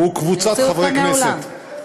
אני אוציא אותך מהאולם.